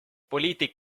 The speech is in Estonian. poliitik